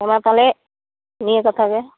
ᱚᱱᱟ ᱛᱟᱦᱞᱮ ᱱᱤᱭᱟᱹ ᱠᱟᱛᱷᱟᱜᱮ